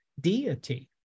deity